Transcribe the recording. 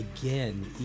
Again